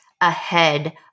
ahead